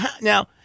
Now